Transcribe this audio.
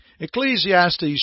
Ecclesiastes